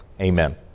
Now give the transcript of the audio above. Amen